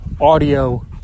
audio